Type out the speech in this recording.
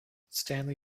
stanley